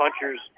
punchers